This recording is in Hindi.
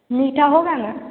मीठा होगा न